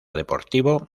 deportivo